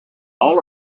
all